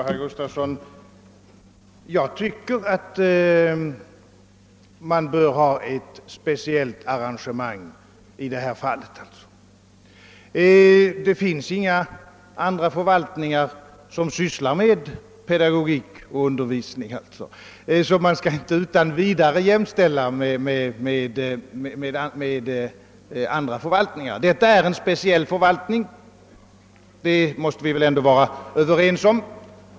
Herr talman! Jag tycker, herr Gustafsson i Barkarby, att man bör ha ett speciellt arrangemang i detta fall. Det finns inga andra förvaltningar som sysslar med pedagogik och undervisning, och man skall därför inte utan vidare jämställa verksamheten med den som bedrivs inom andra förvaltningar. Detta är en speciell förvaltning — det måste vi väl ändå vara överens om.